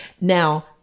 now